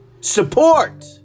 Support